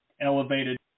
elevated